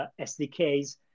SDKs